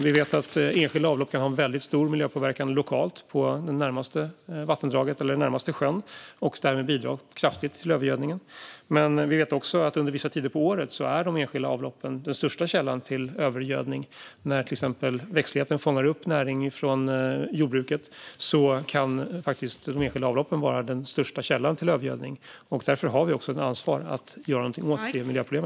Vi vet att enskilda avlopp kan ha en väldigt stor miljöpåverkan lokalt på det närmaste vattendraget eller den närmaste sjön och därmed bidra kraftigt till övergödningen. Men vi vet också att under vissa tider på året är de enskilda avloppen den största källan till övergödning. När växtligheten till exempel fångar upp näring från jordbruket kan de enskilda avloppen vara den största källan till övergödning. Därför har vi ett ansvar för att göra någonting åt detta miljöproblem.